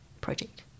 project